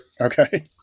Okay